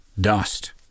Dust